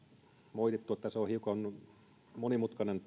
moitittu että tällainen lapsivähennys on hiukan monimutkainen